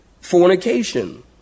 fornication